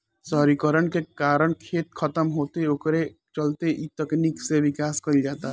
शहरीकरण के कारण खेत खतम होता ओकरे चलते ए तकनीक के विकास कईल जाता